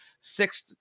sixth